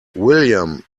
william